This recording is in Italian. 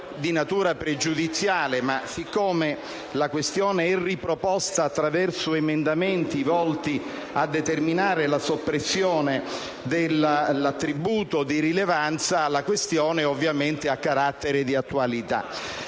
di natura pregiudiziale ma, siccome la questione è riproposta attraverso emendamenti volti a determinare la soppressione dell'attributo di rilevanza, ha carattere di attualità.